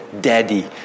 Daddy